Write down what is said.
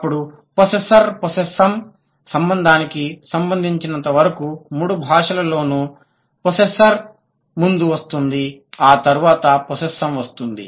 అప్పుడు possessor possessum సంబంధానికి సంబంధించినంత వరకు మూడు భాషలలోనూ పొస్సెస్సర్ ముందు వస్తుంది ఆ తరువాత పొస్సెస్సామ్ వస్తుంది